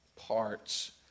parts